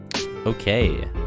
Okay